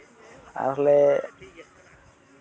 ᱟᱨ ᱞᱮ